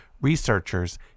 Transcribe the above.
researchers